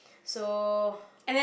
so